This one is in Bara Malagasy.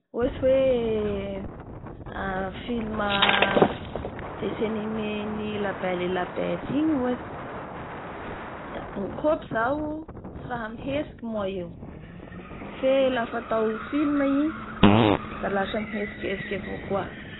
Ohatsy ohatsy hoe film dessin animé an'ny la belle et la bete igny ohatsy la ny kopy zao tsy raha mihetsiky moa io fe lafa atao film i da lasa mihetsiketsiky avao koa.